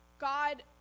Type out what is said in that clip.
God